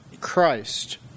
Christ